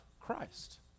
Christ